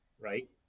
right